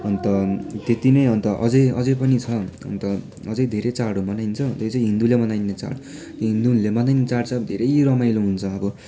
अन्त त्यत्ति नै अन्त अझै अझै पनि छ अन्त अझै धेरै चाडहरू मनाइन्छ यो चाहिँ हिन्दूले मनाइने चाड हिन्दूले मनाइने चाड चाहिँ अब धेरै रमाइलो हुन्छ अब